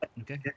Okay